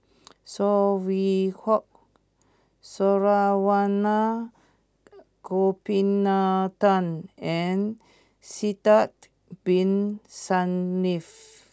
Saw Swee Hock Saravanan Gopinathan and Sidek Bin Saniff